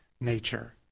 nature